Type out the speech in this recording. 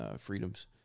freedoms